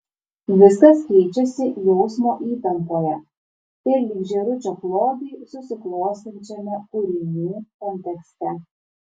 viskas keičiasi jausmo įtampoje ir lyg žėručio klodai susiklostančiame kūrinių kontekste